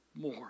more